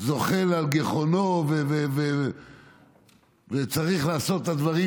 זוחל על גחונו וצריך לעשות את הדברים,